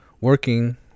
working